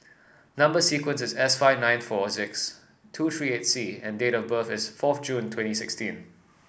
number sequence is S five nine four six two three eight C and date of birth is fourth June twenty sixteen